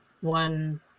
one